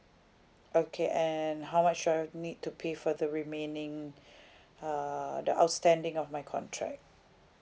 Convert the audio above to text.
okay and how much do I need to pay for the remaining uh the outstanding of my contract